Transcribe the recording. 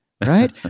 Right